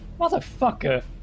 Motherfucker